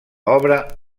obra